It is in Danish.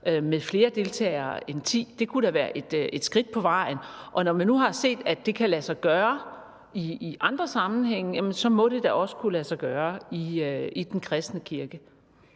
med flere deltagere end ti. Det kunne da være et skridt på vejen. Og når man nu har set, at det kan lade sig gøre i andre sammenhænge, jamen så må det da også kunne lade sig gøre i den kristne kirke.